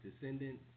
descendants